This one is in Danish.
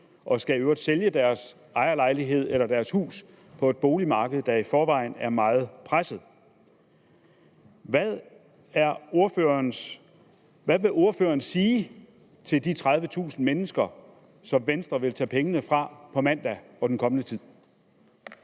og i øvrigt skal sælge deres ejerlejlighed eller deres hus på et boligmarked, der i forvejen er meget presset. Hvad vil ordføreren sige til de 30.000 mennesker, som Venstre vil tage pengene fra på mandag og i den kommende tid